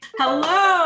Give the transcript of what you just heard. Hello